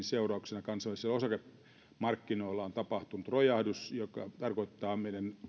seurauksena kansainvälisillä osakemarkkinoilla on tapahtunut rojahdus joka tarkoittaa